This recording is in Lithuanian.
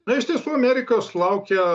na iš tiesų amerikos laukia